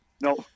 No